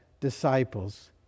disciples